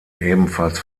ebenfalls